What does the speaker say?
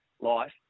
life